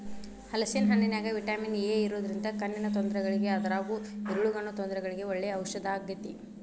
ಹಲೇಸಿನ ಹಣ್ಣಿನ್ಯಾಗ vitamin A ಇರೋದ್ರಿಂದ ಕಣ್ಣಿನ ತೊಂದರೆಗಳಿಗೆ ಅದ್ರಗೂ ಇರುಳುಗಣ್ಣು ತೊಂದರೆಗಳಿಗೆ ಒಳ್ಳೆ ಔಷದಾಗೇತಿ